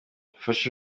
ufashe